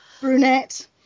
brunette